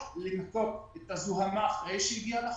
לנקות את הזוהמה אחרי שהיא הגיעה לחוף,